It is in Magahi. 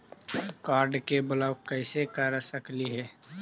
कार्ड के ब्लॉक कैसे कर सकली हे?